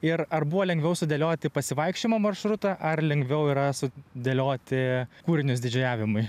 ir ar buvo lengviau sudėlioti pasivaikščiojimo maršrutą ar lengviau yra su dėlioti kūrinius didžėjavimui